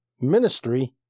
ministry